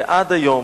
ועד היום,